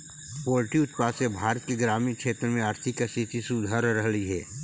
poultry उत्पाद से भारत के ग्रामीण क्षेत्र में आर्थिक स्थिति सुधर रहलई हे